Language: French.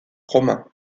romain